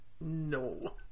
No